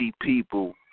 people